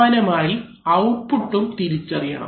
സമാനമായി ഔട്ട്പുട്ടും തിരിച്ചറിയണം